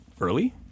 early